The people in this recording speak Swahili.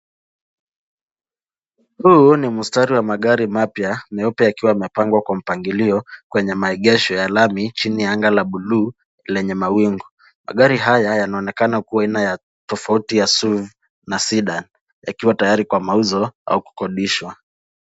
Huu ni mistari ya magari mapya meupe yakiwa yamepangwa kwa mpangilio kwenye maegesho ya lami chini ya anga la buluu lenye mawingu. Magari haya yanaonekana kuwa aina ya tofauti ya SUV na Sedan yakiwa tayari kwa mauzo au kukodishwa.